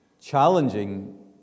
challenging